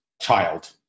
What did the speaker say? child